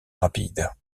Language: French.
rapide